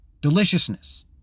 deliciousness